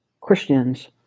Christians